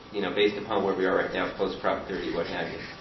you know, based upon where we are right now, close prop thirty, what have you.